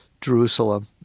Jerusalem